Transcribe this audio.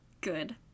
Good